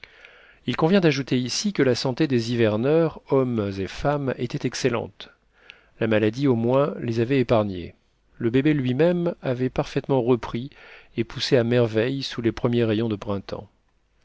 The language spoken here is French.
il convient d'ajouter ici que la santé des hiverneurs hommes et femmes était excellente la maladie au moins les avait épargnés le bébé lui-même avait parfaitement repris et poussait à merveille sous les premiers rayons de printemps